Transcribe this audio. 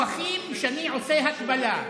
אתם מובכים שאני עושה הקבלה.